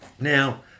Now